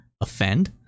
offend